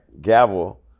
gavel